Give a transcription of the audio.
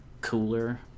cooler